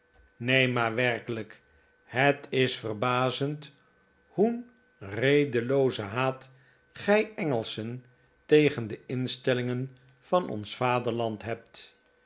neen maar werkelijk het is verbazend martin geeft zijn ergernis lucht hoe'n redeloozen haat gij engelschen tegen de instellingen van ons vaderland hebt